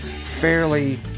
fairly